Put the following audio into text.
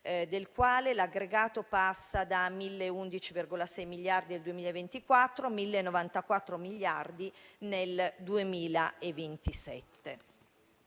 del quale l'aggregato passa da 1.011,6 miliardi nel 2024 a 1.094 miliardi nel 2027.